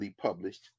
published